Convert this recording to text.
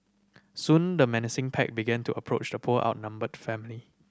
soon the menacing pack began to approach the poor outnumbered family